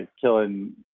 killing